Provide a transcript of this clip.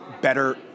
better